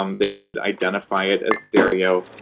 um they would identify it as stereo.